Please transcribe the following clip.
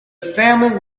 family